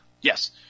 yes